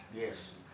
Yes